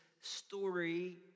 story